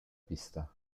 pista